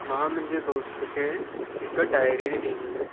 मां मुंहिंजे दोस्त खे हिकु डायरी ॾिनी हुई